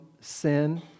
sin